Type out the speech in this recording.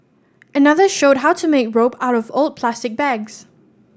another showed how to make rope out of old plastic bags